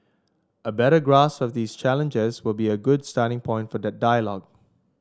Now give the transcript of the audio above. a better grasp of this challenges will be a good starting point for that dialogue